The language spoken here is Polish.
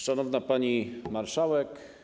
Szanowna Pani Marszałek!